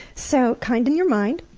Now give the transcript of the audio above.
so, kind in your mind.